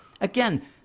again